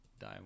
die